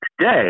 today